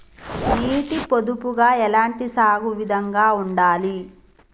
నీటి పొదుపుగా ఎలాంటి సాగు విధంగా ఉండాలి?